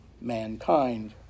mankind